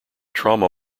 trauma